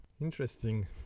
Interesting